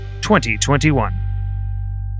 2021